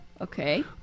Okay